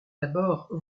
d’abord